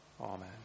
Amen